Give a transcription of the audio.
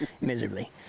miserably